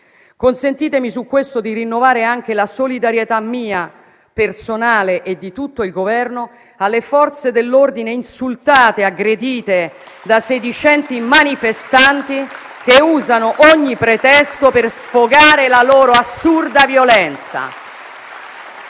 Consentitemi a tale proposito di rinnovare la solidarietà mia personale e di tutto il Governo alle Forze dell'ordine insultate e aggredite da sedicenti manifestanti, che usano ogni pretesto per sfogare la loro assurda violenza.